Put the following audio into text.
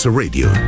radio